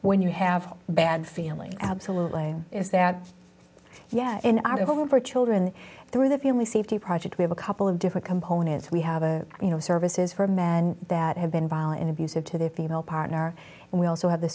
when you have a bad feeling absolutely is that yes in our home for children through the family safety project we have a couple of different components we have a you know services for men that have been violent and abusive to their female partner and we also have the